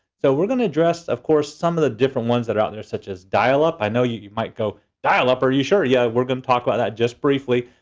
so we're gonna address, of course, some of the different ones that are out there, such as dial-up. i know you might go, dial-up, are you sure? yeah, we're gonna talk about that just briefly,